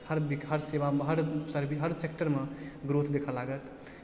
हर वी हर सेवामे हर सरभीस हर सेक्टरमे ग्रोथ देखऽ लागत